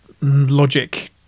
logic